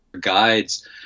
guides